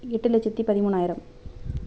எட்டு லட்சத்தி பதிமூணாயிரம்